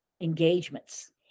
engagements